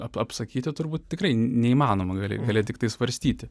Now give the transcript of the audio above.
apsakyti turbūt tikrai neįmanoma gali gali tiktai svarstyti